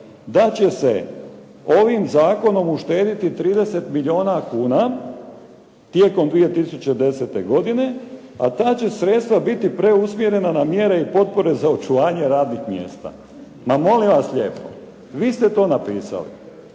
da će se ovim zakonom uštediti 30 milijuna kuna tijekom 2010. godine, a ta će sredstva biti preusmjerena na mjere i potpore za očuvanje radnih mjesta. Ma molim vas lijepo. Vi ste to napisali.